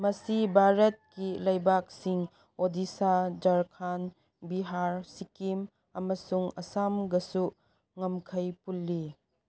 ꯃꯁꯤ ꯚꯥꯔꯠꯀꯤ ꯂꯩꯕꯥꯛꯁꯤꯡ ꯑꯣꯗꯤꯁꯥ ꯖ꯭ꯔꯈꯟ ꯕꯤꯍꯥꯔ ꯁꯤꯛꯀꯤꯝ ꯑꯃꯁꯨꯡ ꯑꯁꯥꯝꯒꯁꯨ ꯉꯝꯈꯩ ꯄꯨꯜꯂꯤ